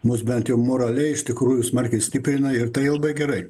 mus bent jau moraliai iš tikrųjų smarkiai stiprina ir tai labai gerai